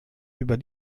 über